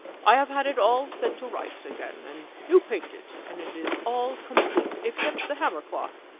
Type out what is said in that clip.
i have had it all set to rights again, and new painted, and it is all complete, except the hammer-cloth,